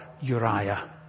Uriah